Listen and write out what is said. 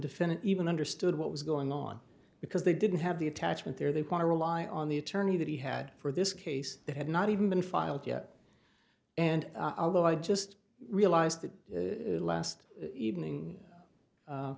defendant even understood what was going on because they didn't have the attachment there they want to rely on the attorney that he had for this case that had not even been filed yet and although i just realized that last evening